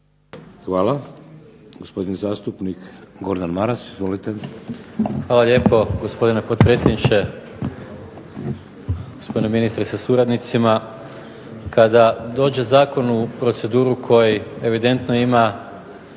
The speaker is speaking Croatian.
Hvala. Gospodin zastupnik Gordan Maras, izvolite. **Maras, Gordan (SDP)** Hvala lijepo, gospodine potpredsjedniče. Gospodine ministre sa suradnicima. Kada dođe zakon u proceduru koji evidentno ima